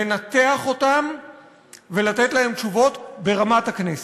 לנתח אותם ולתת עליהם תשובות ברמת הכנסת.